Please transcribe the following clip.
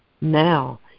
now